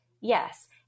Yes